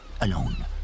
alone